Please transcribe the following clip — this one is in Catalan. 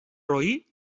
roí